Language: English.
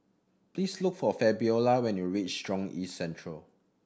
please look for Fabiola when you reach Jurong East Central